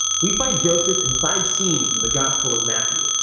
we find joseph in five scenes in the gospel of matthew,